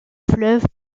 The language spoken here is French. fleuve